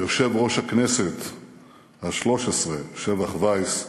יושב-ראש הכנסת השלוש-עשרה שבח וייס,